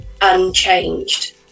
unchanged